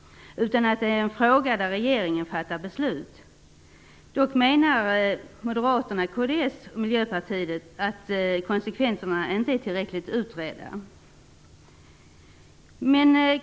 Det är en fråga som regeringen fattar beslut om. Dock menar Moderaterna, kds och Miljöpartiet att konsekvenserna inte är tillräckligt utredda.